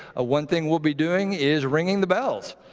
ah one thing we'll be doing is ringing the bells.